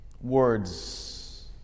words